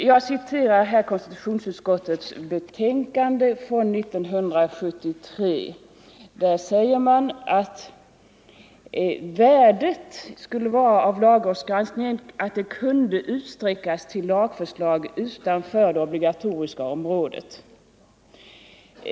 Jag hänvisar här till konstitutionsutskottets betänkande från 1973, där man bl.a. säger att det skulle vara värdefullt att lagrådsgranskningen kunde utsträckas till lagförslag utanför det obligatoriska området.